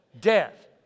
Death